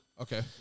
Okay